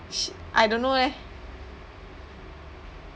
sh~ I don't know leh